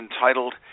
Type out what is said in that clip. entitled